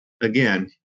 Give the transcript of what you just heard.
again